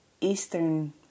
Eastern